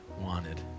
wanted